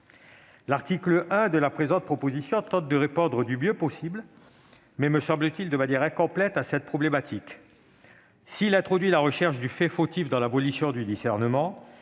L'article 1 de la présente proposition de loi tente de répondre du mieux possible, mais, me semble-t-il, de manière incomplète, à cette problématique. Il introduit la recherche du fait fautif dans l'abolition du discernement,